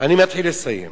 אני מתחיל לסיים.